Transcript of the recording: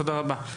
תודה רבה.